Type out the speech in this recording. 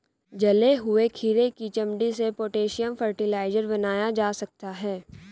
जले हुए खीरे की चमड़ी से पोटेशियम फ़र्टिलाइज़र बनाया जा सकता है